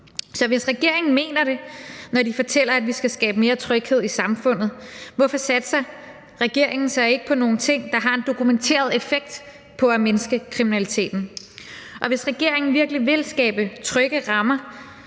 Så hvis regeringen mener det, når de fortæller, at vi skal skabe mere tryghed i samfundet, hvorfor satser regeringen så ikke på nogle ting, der har en dokumenteret effekt på at mindske kriminaliteten? Og hvis regeringen virkelig vil skabe trygge rammer